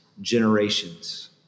generations